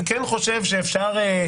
אני כן חושב שאפשר,